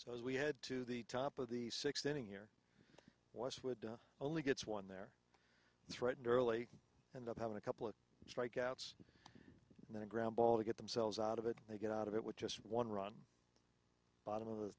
out as we head to the top of the sixth inning here westwood only gets one they're threatened early and of having a couple of strikeouts and then a ground ball to get themselves out of it they get out of it with just one run bottom of the